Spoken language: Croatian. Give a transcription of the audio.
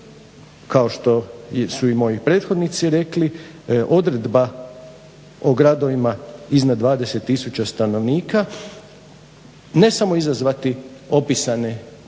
kao što su i moji prethodnici rekli odredba o gradovima iznad 20 tisuća stanovnika ne samo izazvati opisane